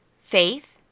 faith